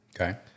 Okay